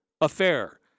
Affair